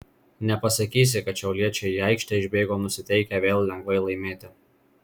nepasakysi kad šiauliečiai į aikštę išbėgo nusiteikę vėl lengvai laimėti